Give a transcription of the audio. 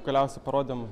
galiausiai parodėm